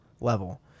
level